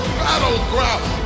battleground